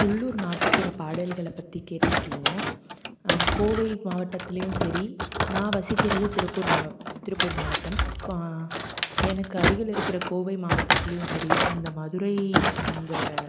உள்ளூர் நாட்டுப்புறப் பாடல்களை பற்றி கேட்டுருக்கீங்க கோவை மாவட்டத்துலேயும் சரி நான் வசிக்கிறது திருப்பூர் மாவட்டம் எனக்கு அருகில் இருக்கிற கோவை மாவட்டத்துலேயும் சரி அந்த மதுரை அந்த